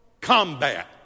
combat